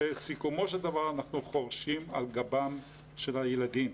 בסיכומו של דבר אנחנו חורשים על גבם של הנערים.